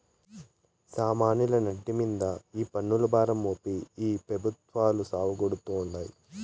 సామాన్యుల నడ్డి మింద ఈ పన్నుల భారం మోపి ఈ పెబుత్వాలు సావగొడతాండాయి